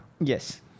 Yes